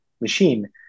machine